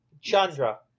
Chandra